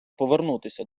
повернутися